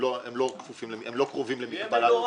לא קרובים למגבלה -- זה יהיה מדורג.